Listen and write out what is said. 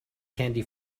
candy